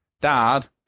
Dad